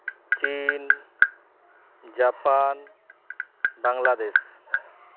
ᱪᱤᱱ ᱡᱟᱯᱟᱱ ᱵᱟᱝᱞᱟᱫᱮᱥ